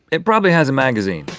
it probably has a magazine.